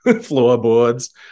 floorboards